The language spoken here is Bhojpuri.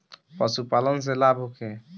पशु पालन से लाभ होखे?